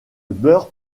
beurre